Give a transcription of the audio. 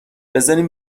بزارین